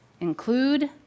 include